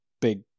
big